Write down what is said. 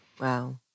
Wow